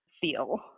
feel